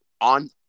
on